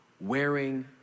wearing